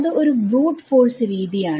ഇത് ഒരു brute force രീതിയാണ്